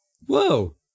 whoa